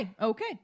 okay